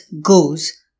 goes